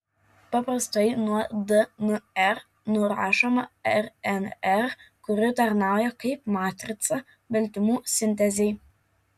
paprastai nuo dnr nurašoma rnr kuri tarnauja kaip matrica baltymų sintezei